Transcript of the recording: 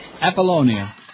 Apollonia